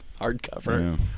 hardcover